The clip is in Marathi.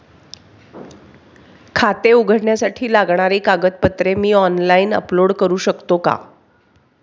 खाते उघडण्यासाठी लागणारी कागदपत्रे मी ऑनलाइन अपलोड करू शकतो का?